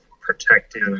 protective